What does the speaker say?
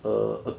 err